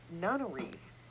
nunneries